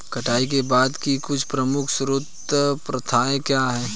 कटाई के बाद की कुछ प्रमुख सर्वोत्तम प्रथाएं क्या हैं?